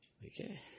Okay